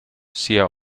sia